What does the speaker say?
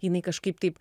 jinai kažkaip taip